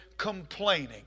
Complaining